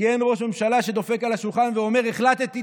כי אין ראש ממשלה שדופק על השולחן ואומר: החלטתי,